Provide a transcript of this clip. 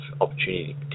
opportunity